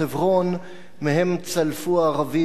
שמהן צלפו הערבים על היישוב היהודי.